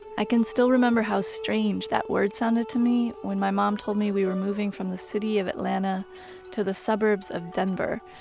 i can still remember how strange that word sounded to me when my mom told me we were moving from the city of atlanta to the suburbs of denver.